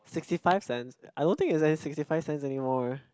sixty five cents I don't think it's sixty five cents anymore